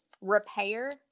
repair